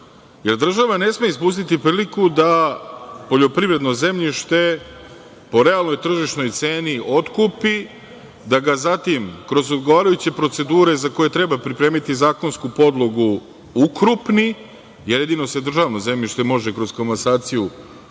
što država ne sme ispustiti priliku da poljoprivredno zemljište po realnoj tržišnoj ceni otkupi, da ga zatim kroz odgovarajuće procedure, za koje treba pripremiti zakonsku podlogu, ukrupni, jer jedino se državno zemljište može kroz komasaciju